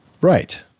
Right